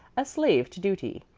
a slave to duty.